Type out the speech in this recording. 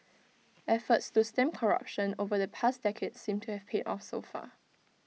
efforts to stem corruption over the past decade seem to have paid off so far